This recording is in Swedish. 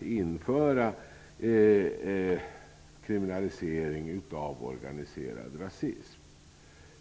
införa kriminalisering av organiserad rasism.